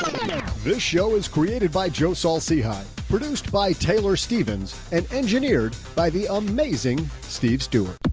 this show is created by joe saul-sehy, produced by taylor stevens and engineered by the amazing steve stewart.